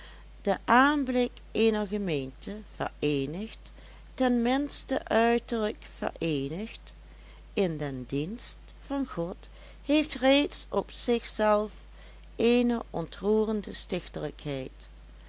de aanblik eener gemeente vereenigd ten minste uiterlijk vereenigd in den dienst van god heeft reeds op zich zelf eene ontroerende